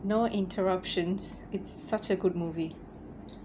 no interruptions it's such a good movie